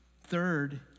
Third